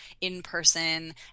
in-person